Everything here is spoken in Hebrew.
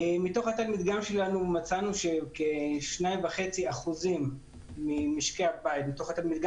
מתוך התת-מדגם שלנו מצאנו שכ-2.5% ממשקי הבית מתוך התת-מדגם